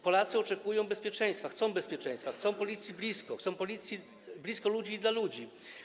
Polacy oczekują bezpieczeństwa, chcą bezpieczeństwa, chcą Policji blisko, chcą Policji blisko ludzi i dla ludzi.